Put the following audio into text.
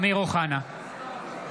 (קורא בשמות חברי הכנסת) אמיר אוחנה,